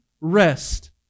rest